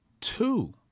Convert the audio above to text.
two